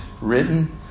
Written